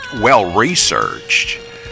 well-researched